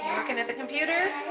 and at the computer?